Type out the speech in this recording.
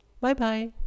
Bye-bye